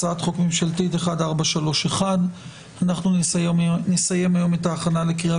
הצעת חוק ממשלתית 1431. אנחנו נסיים היום את ההכנה לקריאה